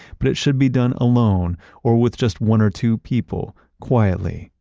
but it should be done alone or with just one or two people quietly,